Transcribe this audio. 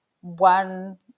one